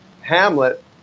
Hamlet